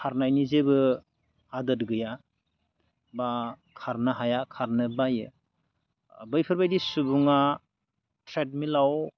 खारनायनि जेबो आदोद गैया बा खारनो हाया खारनो बायो बैफोरबायदि सुबुङा ट्रेडमिलाव